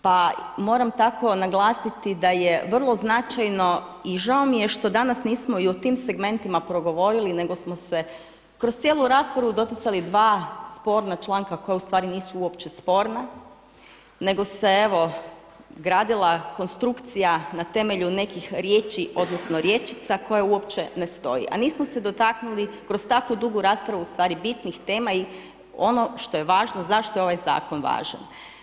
Pa moram tako naglasiti da je vrlo značajno i žao mi je što danas nismo i o tim segmentima progovorili nego smo se kroz cijelu raspravu doticali dva sporna članka koja nisu uopće sporna nego se evo gradila konstrukcija na temelju nekih riječi odnosno rječica koje uopće ne stoji, a nismo se dotaknuli kroz tako dugu raspravu bitnih tema i ono što je važno zašto je ovaj zakon važan.